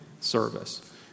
service